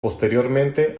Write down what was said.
posteriormente